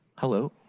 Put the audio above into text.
hello,